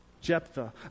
Jephthah